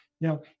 Now